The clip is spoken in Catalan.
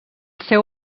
seu